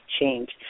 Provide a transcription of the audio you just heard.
change